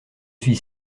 suis